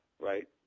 right